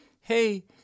Hey